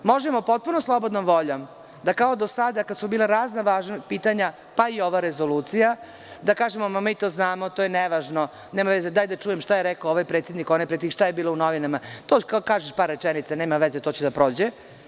Možemo potpuno slobodnom voljom da, kao do sada kada su bila razna važna pitanja, pa i ova rezolucija, kažemo – mi to znamo, to je nevažno, nema veze, daj da čujem šta je rekao ovaj predsednik, onaj predsednik, šta je bilo u novinama, to kao kažeš par rečenica, nema veze, to će da prođe.